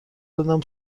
دادم